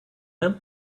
him